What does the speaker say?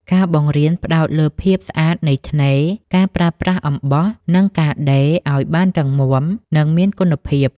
ការបង្រៀនផ្តោតលើភាពស្អាតនៃថ្នេរ ការប្រើប្រាស់អំបោះ និងការដេរឱ្យបានរឹងមាំ និងមានគុណភាព។